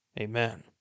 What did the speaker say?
Amen